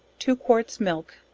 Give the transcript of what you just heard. two quarts milk,